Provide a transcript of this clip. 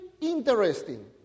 interesting